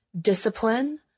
discipline